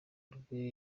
rwe